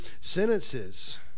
sentences